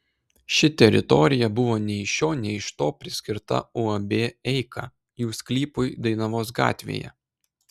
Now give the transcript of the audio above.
ši teritorija buvo nei iš šio nei iš to priskirta uab eika jų sklypui dainavos gatvėje